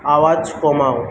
আওয়াজ কমাও